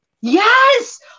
yes